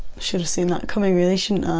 should have seen that coming really shouldn't